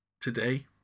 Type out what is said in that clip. today